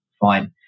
fine